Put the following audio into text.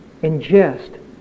ingest